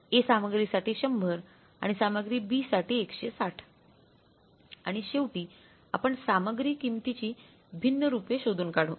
A सामग्रीसाठी 100 आणि सामग्री B साठी 160 आणि शेवटी आपण सामग्री किमतीची भिन्न रूपे शोधून काढू